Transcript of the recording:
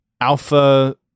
alpha